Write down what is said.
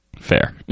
fair